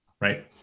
Right